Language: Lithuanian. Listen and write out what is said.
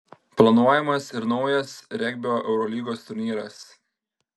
planuojamas ir naujas regbio eurolygos turnyras